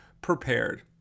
prepared